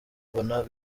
mbona